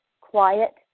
quiet